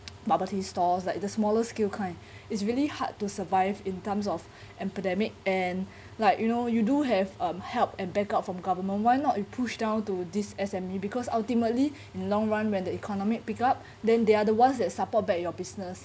bubble tea stores like the smaller scale kind it's really hard to survive in terms of epidemic and like you know you do have um help and back up from government why not you push down to this S_M_E because ultimately in long run when the economic pick up then they are the one that support back your business